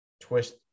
twist